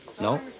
No